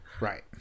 Right